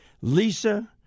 Lisa